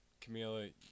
Camila